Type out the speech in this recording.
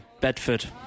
Bedford